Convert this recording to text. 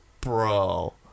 bro